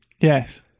Yes